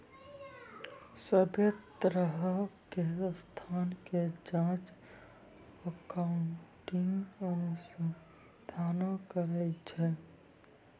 सभ्भे तरहो के संस्था के जांच अकाउन्टिंग अनुसंधाने करै छै